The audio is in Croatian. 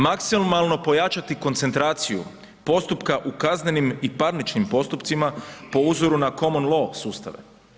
Maksimalno pojačati koncentraciju postupka u kaznenim i parničnim postupcima po uzoru na common law sustave.